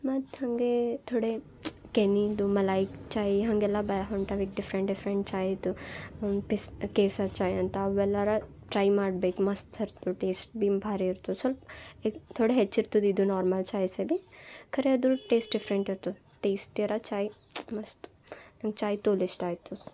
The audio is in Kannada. ಮತ್ತೆ ಹಾಗೇ ಥೊಡೆ ಕೆನೆದು ಮಲಾಯ್ ಚಾಯಿ ಹಾಗೆಲ್ಲ ಬ ಹೊಂಟವೆ ಈಗ ಡಿಫ್ರೆಂಟ್ ಡಿಫ್ರೆಂಟ್ ಚಾಯ್ದು ಪಿಸ್ತಾ ಕೇಸರಿ ಚಾಯ್ ಅಂತ ಅವೆಲ್ಲಾರ ಟ್ರೈ ಮಾಡ್ಬೇಕು ಮಸ್ತ್ ಟೇಸ್ಟ್ ಭಿ ಭಾರಿ ಇರ್ತವೆ ಸ್ವಲ್ಪ ಥೊಡೆ ಹೆಚ್ಚು ಇರ್ತುದ ಇದು ನಾರ್ಮಲ್ ಚಾಯ್ ಸೇ ಭಿ ಖರೆ ಅದ್ರ ಟೇಸ್ಟ್ ಡಿಫ್ರೆಂಟ್ ಇರ್ತುದ ಟೇಸ್ಟಿಯರ ಚಾಯ್ ಮಸ್ತ್ ನಂಗೆ ಚಾಯ್ ತೋಲು ಇಷ್ಟ ಆಯಿತು